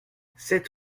sept